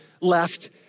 left